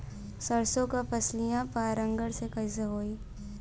सरसो के फसलिया परागण से कईसे होई?